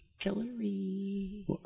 Hillary